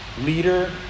leader